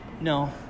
No